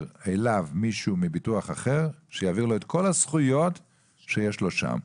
אליו מישהו מביטוח אחר שיעביר לו את כל הזכויות שיש לו שם,